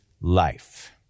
life